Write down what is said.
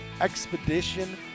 expedition